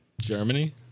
Germany